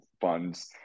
funds